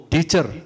Teacher